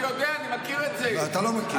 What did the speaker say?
אני יודע, אני מכיר את זה, אתה לא מכיר.